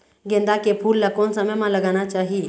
गेंदा के फूल ला कोन समय मा लगाना चाही?